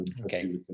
okay